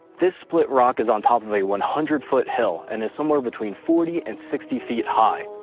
this split rock is on top of a one hundred foot hill and is somewhere between forty and sixty feet high.